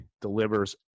delivers